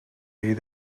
عید